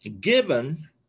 given